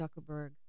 Zuckerberg